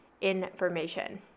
information